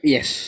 Yes